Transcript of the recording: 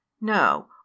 No